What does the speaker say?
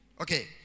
Okay